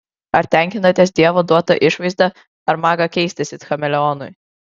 ar tenkinatės dievo duota išvaizda ar maga keistis it chameleonui